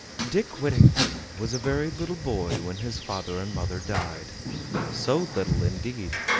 dick whittington was a very little boy when his father and mother died so little, indeed,